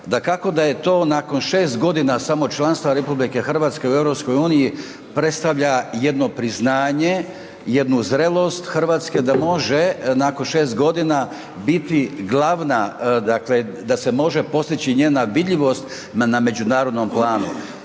Dakako da je to nakon 6 g. samo članstva RH u EU-u, predstavlja jedno priznanje, jednu zrelost Hrvatske da može nakon 6 g. biti glavna, dakle da se može postići njena vidljivost na međunarodnom planu.